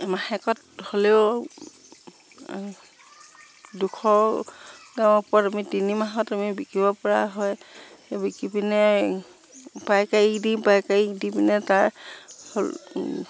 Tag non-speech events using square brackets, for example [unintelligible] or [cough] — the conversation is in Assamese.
মাহেকত হ'লেও দুশ [unintelligible] ওপৰত আমি তিনিমাহত আমি বিকিব পৰা হয় এই বিকি পিনাই পাইকাৰি দি পাইকাৰি দি পিনে তাৰ